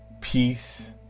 peace